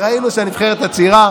וראינו שהנבחרת הצעירה